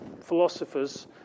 philosophers